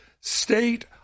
state